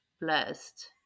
blessed